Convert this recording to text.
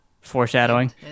foreshadowing